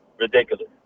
ridiculous